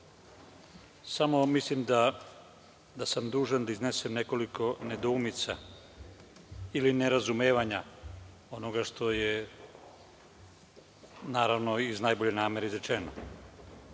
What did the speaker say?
mislim da sam dužan da iznesem nekoliko nedoumica ili nerazumevanja onoga što je naravno iz najbolje namere izrečeno. Moj